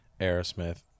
Aerosmith